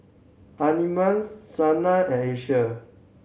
Shana and Asia